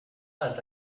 pas